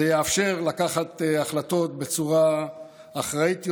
זה יאפשר לקבל החלטות בצורה אחראית יותר,